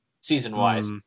season-wise